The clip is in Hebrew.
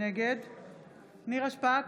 נגד נירה שפק,